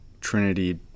Trinity